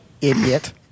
idiot